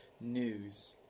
news